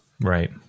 Right